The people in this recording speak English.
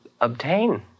obtain